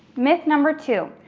myth number two,